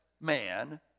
man